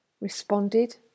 responded